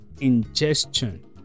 ingestion